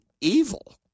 evil